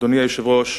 אדוני היושב-ראש,